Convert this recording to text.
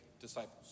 disciples